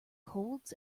colds